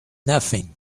nothing